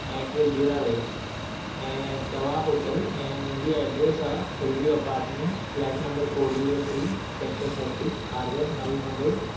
ऐं हिकिड़ो जीरा राइस ऐं तवा होटल ऐं मुंहिंजी एड्रेस आहे hill view apartments flat number four zero three sector thirty Kharghar Navi Mumbai